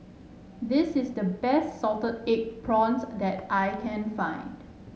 this is the best Salted Egg Prawns that I can find